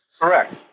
Correct